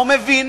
לא מבין